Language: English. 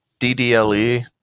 DDLE